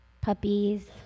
puppies